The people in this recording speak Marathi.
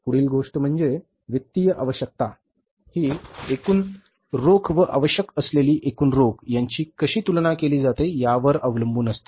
पुढील गोष्ट म्हणजे वित्तीय आवश्यकता ही एकूण रोख व आवश्यक असलेली एकूण रोख यांची कशी तुलना केली जाते यावर अवलंबून असते